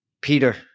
Peter